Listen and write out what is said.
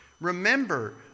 Remember